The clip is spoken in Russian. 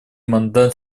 мандат